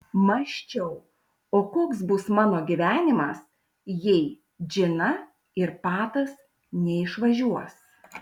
mąsčiau o koks bus mano gyvenimas jei džina ir patas neišvažiuos